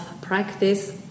practice